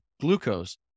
glucose